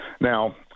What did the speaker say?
Now